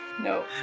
No